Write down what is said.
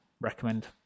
recommend